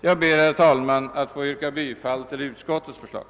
Jag ber, herr talman, att få yrka bifall till utskottets förslag.